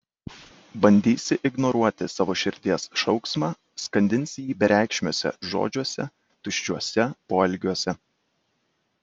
bandysi ignoruoti savo širdies šauksmą skandinsi jį bereikšmiuose žodžiuose tuščiuose poelgiuose